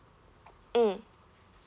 mm